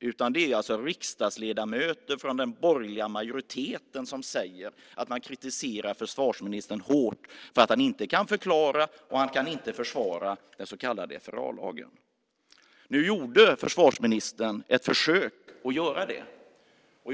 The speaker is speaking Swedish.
utan det är även riksdagsledamöter från den borgerliga majoriteten som kritiserar försvarsministern hårt för att han inte kan förklara eller försvara den så kallade FRA-lagen. Nu gjorde försvarsministern ett försök att göra detta.